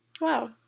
Wow